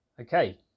okay